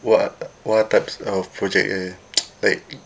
what are what types of project you like